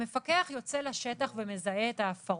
המפקח יוצא לשטח ומזהה את ההפרות.